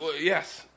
Yes